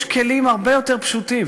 יש כלים הרבה יותר פשוטים.